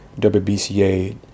WBCA